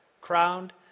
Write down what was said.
crowned